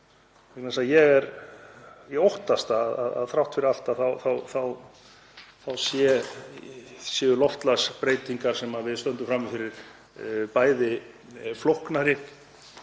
Ég óttast að þrátt fyrir allt séu loftslagsbreytingar sem við stöndum frammi fyrir bæði flóknara